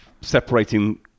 separating